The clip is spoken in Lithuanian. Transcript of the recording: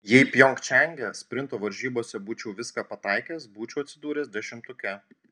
jei pjongčange sprinto varžybose būčiau viską pataikęs būčiau atsidūręs dešimtuke